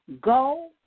Go